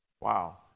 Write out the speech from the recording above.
wow